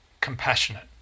compassionate